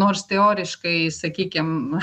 nors teoriškai sakykim